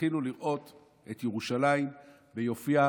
זכינו לראות את ירושלים ביופייה